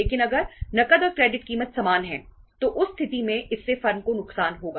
लेकिन अगर नकद और क्रेडिट कीमत समान है तो उस स्थिति में इससे फर्म को नुकसान होगा